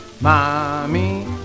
mommy